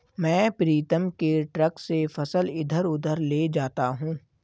मैं प्रीतम के ट्रक से फसल इधर उधर ले जाता हूं